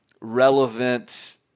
relevant